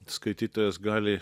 skaitytojas gali